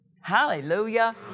Hallelujah